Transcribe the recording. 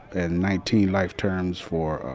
and nineteen life terms for, ah,